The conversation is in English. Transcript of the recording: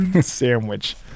Sandwich